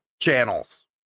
channels